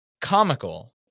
comical